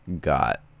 got